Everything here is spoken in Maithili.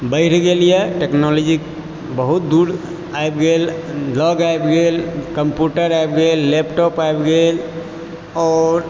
बढ़ि गेल यऽ टेक्नोलॉजी बहुत दूर आबि गेल लग आबि गेल कम्प्यूटर आबि गेल लैपटॉप आबि गेल आओर